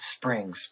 springs